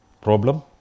problem